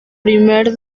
primer